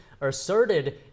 asserted